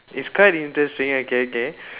its quite interesting okay okay